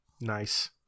Nice